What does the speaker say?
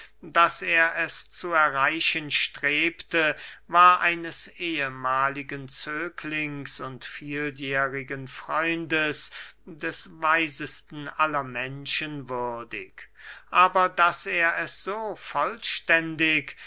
daß er es zu erreichen strebte war eines ehmahligen zöglings und vieljährigen freundes des weisesten aller menschen würdig aber daß er es so